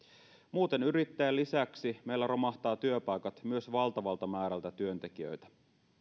muuten yrittäjien lisäksi meillä romahtavat myös työpaikat valtavalta määrältä työntekijöitä